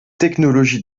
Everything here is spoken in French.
technologie